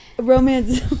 romance